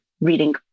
reading